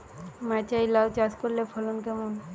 মাচায় লাউ চাষ করলে ফলন কেমন?